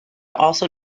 also